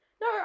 No